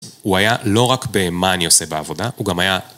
הוא היה לא רק במה אני עושה בעבודה, הוא גם היה